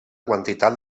quantitat